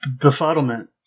Befuddlement